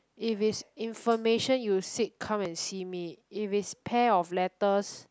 if it's information you sit come and see me if it's pair of letters